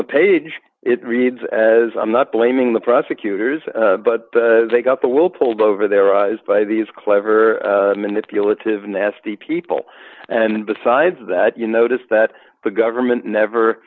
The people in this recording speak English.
the page it reads as i'm not blaming the prosecutors but they've got the will pulled over their eyes by these clever manipulative nasty people and besides that you notice that the government